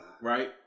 Right